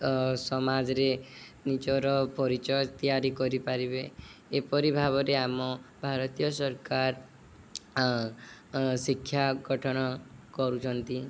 ସମାଜରେ ନିଜର ପରିଚୟ ତିଆରି କରିପାରିବେ ଏପରି ଭାବରେ ଆମ ଭାରତୀୟ ସରକାର ଶିକ୍ଷା ଗଠନ କରୁଛନ୍ତି